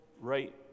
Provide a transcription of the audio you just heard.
right